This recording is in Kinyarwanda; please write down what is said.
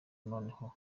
noneho